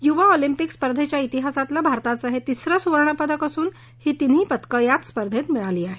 युवा ऑलिंपिक स्पर्धेच्या इतिहासातलं भारताचं हे तिसरं सुवर्णपदकं असून ही तिन्ही पदकं याच स्पर्धेत मिळाली आहेत